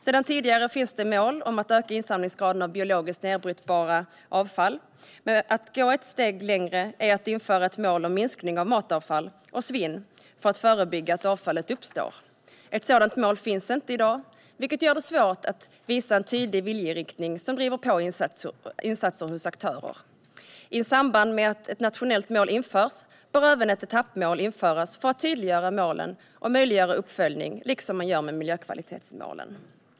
Sedan tidigare finns ett mål om att öka insamlingsgraden för biologiskt nedbrytbart avfall, men att gå ett steg längre är att införa ett mål om minskning av matavfall och svinn för att förebygga att avfallet uppstår. Ett sådant mål finns inte i dag, vilket gör det svårt att visa en tydlig viljeriktning som driver på insatser hos aktörer. I samband med att ett nationellt mål införs bör även ett etappmål införas för att tydliggöra målet och möjliggöra uppföljning, liksom man gör med miljökvalitetsmålen.